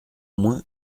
moins